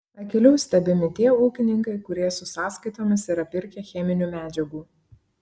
akyliau stebimi tie ūkininkai kurie su sąskaitomis yra pirkę cheminių medžiagų